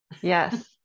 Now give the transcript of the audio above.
Yes